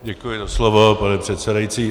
Děkuji za slovo, pane předsedající.